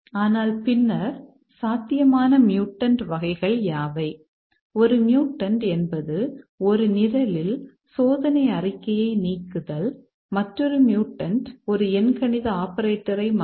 ஆனால் பின்னர் சாத்தியமான மியூடன்ட் லாஜிக்கல் ஆபரேட்டரை மற்றும்